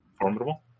Formidable